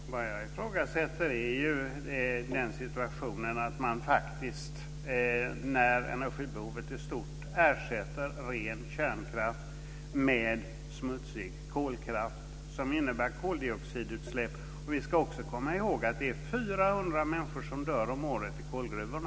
Fru talman! Vad jag ifrågasätter är att man, när energibehovet är stort, ersätter ren kärnkraft med smutsig kolkraft som innebär koldioxidutsläpp. Vi ska också komma ihåg att 400 människor dör om året i kolgruvorna.